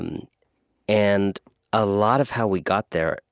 um and a lot of how we got there,